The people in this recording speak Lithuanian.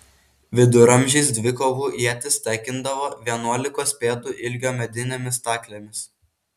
viduramžiais dvikovų ietis tekindavo vienuolikos pėdų ilgio medinėmis staklėmis